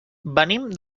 venim